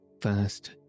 First